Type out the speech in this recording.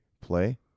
play